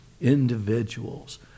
individuals